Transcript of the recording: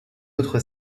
autre